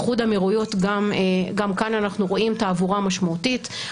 גם באיחוד האמירויות אנחנו רואים תעבורה משמעותית,